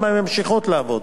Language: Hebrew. הן ממשיכות לעבוד.